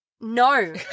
No